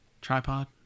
tripod